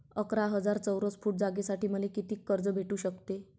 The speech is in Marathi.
अकरा हजार चौरस फुट जागेसाठी मले कितीक कर्ज भेटू शकते?